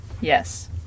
Yes